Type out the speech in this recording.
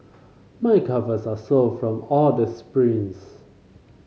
my calves are sore from all the sprints